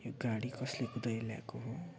यो गाडी कसले कुदाएर ल्याएको हो